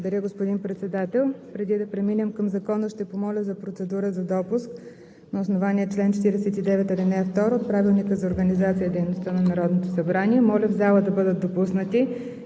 Благодаря, господин Председател. Преди да преминем към Закона, ще помоля за процедура за допуск. На основание чл. 49, ал. 2 от Правилника за организацията и дейността на Народното събрание, моля в залата да бъдат допуснати